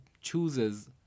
chooses